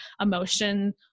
emotion